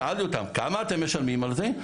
שאלתי אותם, כמה אתם משלמים על זה?